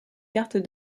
cartes